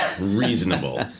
reasonable